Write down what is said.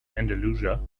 andalusia